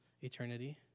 eternity